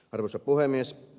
arvoisa puhemies